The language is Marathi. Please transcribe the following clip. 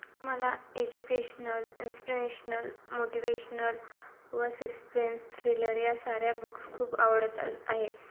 मला एज्युकेशनल इन्स्पिरेशनल मोटिवेशनल व सस्पेन्स थ्रिलर या साऱ्या बुक्स खूप आवडत आहे